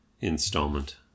installment